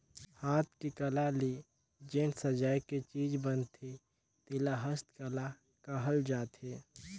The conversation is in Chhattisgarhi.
हाथ के कला ले जेन सजाए के चीज बनथे तेला हस्तकला कहल जाथे